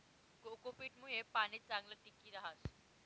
cocopeat मुये पाणी चांगलं टिकी रहास